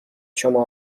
شما